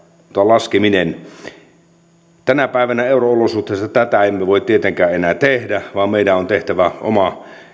laskeminen lähes neljälläkymmenellä prosentilla tänä päivänä euro olosuhteissa tätä emme voi tietenkään enää tehdä vaan meidän on tehtävä oman